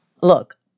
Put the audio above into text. Look